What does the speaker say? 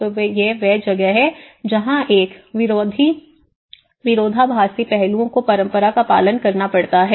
तो यह वह जगह है जहाँ एक विरोधाभासी पहलुओं को परंपरा का पालन करना पड़ता है